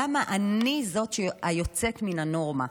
למה אני זו היוצאת מן הנורמה?